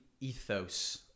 ethos